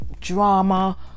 drama